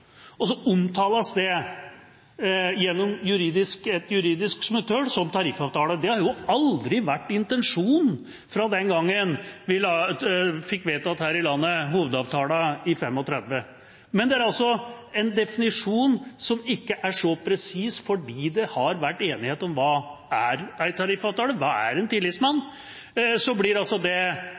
omtales det gjennom et juridisk smutthull som «tariffavtale». Det har jo aldri vært intensjonen fra den gangen vi her i landet fikk vedtatt hovedavtalen i 1935. Men det er en definisjon som ikke er så presis, fordi det har vært enighet om hva en tariffavtale er, og hva en tillitsmann er. Så blir det